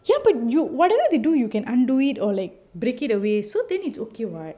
ya but you whatever they do you can undo it or like break it away so then it's okay what